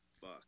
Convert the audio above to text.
fuck